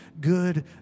good